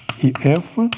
E-f